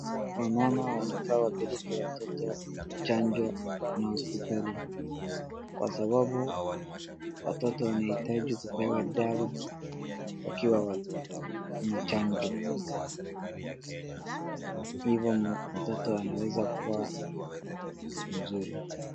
Wamama wanafaa wapeleke watoto chanjo na hospitali, kwa sababu watoto wanahitaji kupewa dawa wakiwa wachanga. Hivo mtoto anaweza kuwa mzuri.